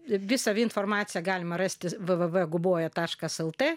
visą informaciją galima rasti v v v guboja taškas lt